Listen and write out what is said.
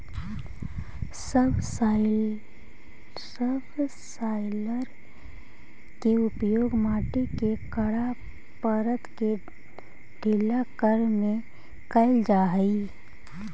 subsoiler के उपयोग मट्टी के कड़ा परत के ढीला करे में कैल जा हई